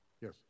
Yes